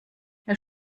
herr